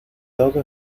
todo